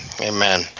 amen